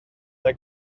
mae